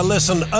listen